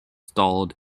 stalled